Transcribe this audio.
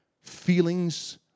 Feelings